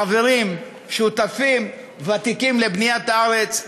חברים, שותפים ותיקים לבניית הארץ.